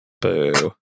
Boo